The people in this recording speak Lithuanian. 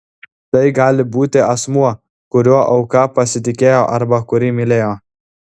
tai gali būti asmuo kuriuo auka pasitikėjo arba kurį mylėjo